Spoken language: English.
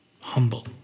humble